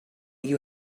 you